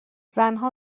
زنها